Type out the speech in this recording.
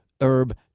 Herb